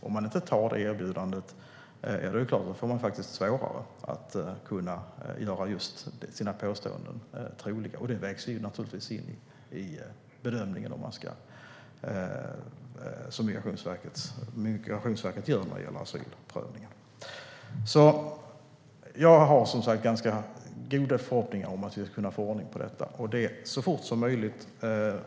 Om man inte tar det erbjudandet får man såklart svårare att göra sina påståenden troliga, och det vägs in i bedömningen som Migrationsverket gör när det gäller asylprövningen. Jag har som sagt ganska goda förhoppningar om att vi ska kunna få ordning på detta, och det så fort som möjligt.